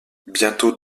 bientôt